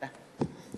תודה.